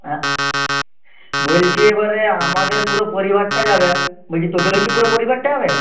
হ্যাঁ বলছি এবারে আমাদের পুরো পরিবারটা যাবে বলছি তোদেরও কি পুরো পরিবারটা যাবে